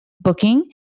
booking